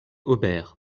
aubert